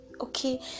Okay